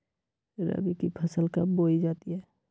रबी की फसल कब बोई जाती है?